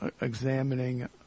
examining